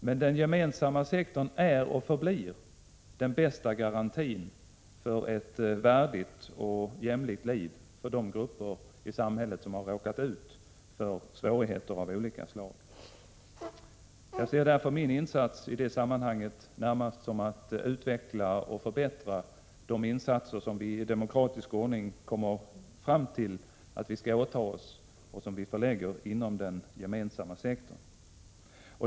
Men den gemensamma sektorn är och förblir den bästa garantin för ett värdigt och jämlikt liv för de grupper i samhället som har råkat ut för svårigheter av olika slag. Jag ser därför som min uppgift i det här sammanhanget att utveckla och förbättra de insatser som vi i demokratisk ordning kommer fram till att vi skall åta oss och som vi förlägger inom den gemensamma sektorn.